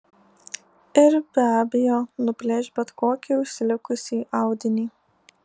ir be abejo nuplėš bet kokį užsilikusį audinį